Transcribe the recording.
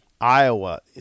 Iowa